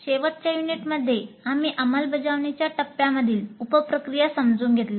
शेवटच्या युनिटमध्ये आम्ही अंमलबजावणीच्या टप्प्यामधील उप प्रक्रिया समजून घेतल्या